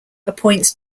appoints